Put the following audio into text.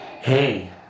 Hey